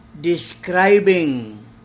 describing